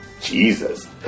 Jesus